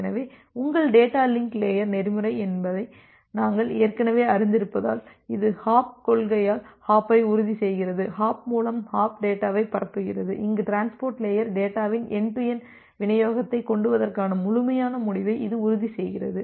எனவே உங்கள் data link layer நெறிமுறை என்பதை நாங்கள் ஏற்கனவே அறிந்திருப்பதால் இது ஹாப் கொள்கைகளால் ஹாப்பை உறுதிசெய்கிறது ஹாப் மூலம் ஹாப் டேட்டாவைப் பரப்புகிறது அங்கு டிரான்ஸ்போர்ட் லேயர் டேட்டாவின் என்டு டு என்டு விநியோகத்தை கொண்டுவருவதற்கான முழுமையான முடிவை இது உறுதி செய்கிறது